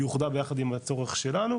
היא אוחדה ביחד עם הצורך שלנו,